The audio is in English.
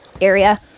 area